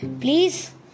Please